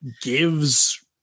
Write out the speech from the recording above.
Gives